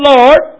Lord